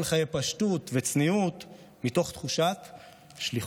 על חיי פשטות וצניעות מתוך תחושת שליחות.